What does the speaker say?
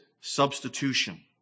substitution